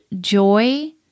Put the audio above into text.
joy